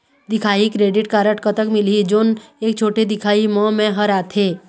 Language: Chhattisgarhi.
दिखाही क्रेडिट कारड कतक मिलही जोन एक छोटे दिखाही म मैं हर आथे?